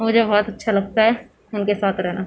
مجھے بہت اچھا لگتا ہے ان کے ساتھ رہنا